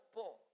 Paul